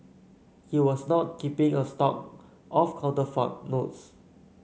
he was not keeping a stock of counterfeit notes